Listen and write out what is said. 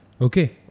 Okay